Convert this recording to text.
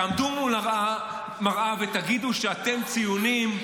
תעמדו מול המראה ותגידו שאתם ציונים,